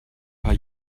paar